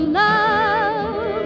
love